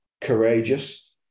courageous